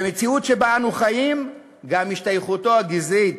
במציאות שבה אנו חיים גם השתייכותו הגזעית,